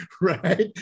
right